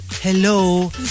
hello